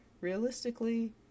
realistically